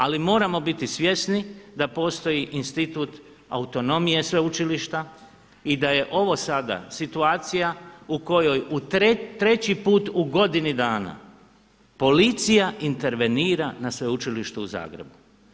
Ali moramo biti svjesni da postoji institut autonomije sveučilišta i da je ovo sada situacija u kojoj treći put u godini dana policija intervenira na Sveučilištu u Zagrebu.